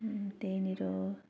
त्यहीँनिर